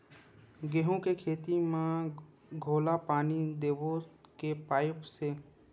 गेहूं के खेती म घोला पानी देबो के पाइप से?